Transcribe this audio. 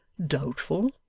doubtful?